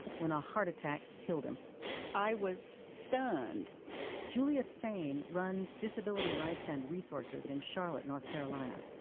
when a heart attack killed him i was stunned julia sain runs disability rights and resources in charlotte, north carolina.